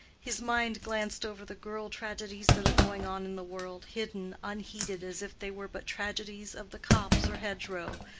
his mind glanced over the girl-tragedies that are going on in the world, hidden, unheeded, as if they were but tragedies of the copse or hedgerow,